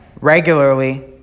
regularly